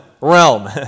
realm